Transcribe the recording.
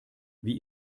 wie